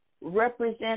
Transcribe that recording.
represent